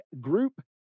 group